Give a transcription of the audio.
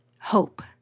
Hope